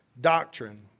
doctrine